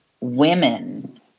women